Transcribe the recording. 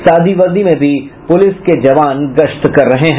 सादी वर्दी में भी पुलिस के जवान गश्त कर रहे हैं